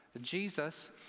Jesus